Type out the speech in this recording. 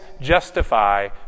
justify